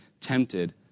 tempted